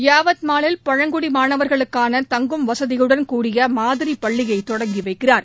யவத்மால் மாலில் பழங்குடி மாணவர்களுக்கான தங்கும் வசதியுடன் கூடிய மாதிரி பள்ளியை தொடங்கி வைக்கிறார்